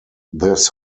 this